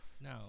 No